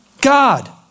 God